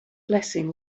blessing